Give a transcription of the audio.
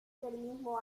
mismo